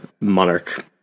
monarch